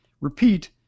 Repeat